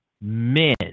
men